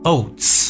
Oats